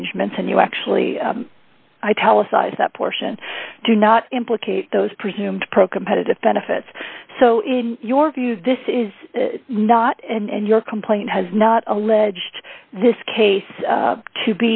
arrangements and you actually i tell a size that portion do not implicate those presumed pro competitive benefits so in your view this is not and your complaint has not alleged this case